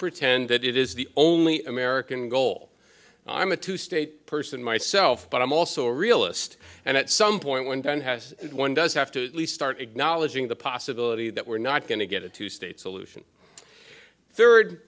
pretend that it is the only american goal i'm a two state person myself but i'm also a realist and at some point when ben has one does have to start acknowledging the possibility that we're not going to get a two state solution third